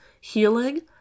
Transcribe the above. healing